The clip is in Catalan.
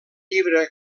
llibre